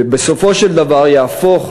ובסופו של דבר יהפכו,